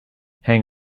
hang